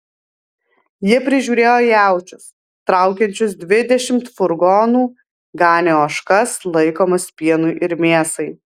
jie prižiūrėjo jaučius traukiančius dvidešimt furgonų ganė ožkas laikomas pienui ir mėsai